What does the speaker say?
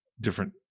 different